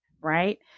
right